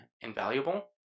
invaluable